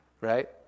right